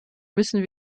müssen